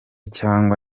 cyangwa